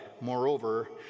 Moreover